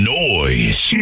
noise